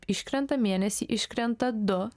iškrenta mėnesį iškrenta du